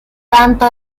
tanto